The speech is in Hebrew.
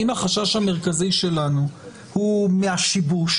אם החשש המרכזי שלנו הוא מהשיבוש